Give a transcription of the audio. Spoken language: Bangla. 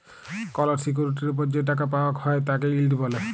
কল সিকিউরিটির ওপর যে টাকা পাওয়াক হ্যয় তাকে ইল্ড ব্যলে